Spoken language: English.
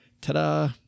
Ta-da